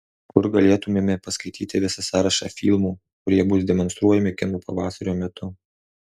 kur galėtumėme paskaityti visą sąrašą filmų kurie bus demonstruojami kino pavasario metu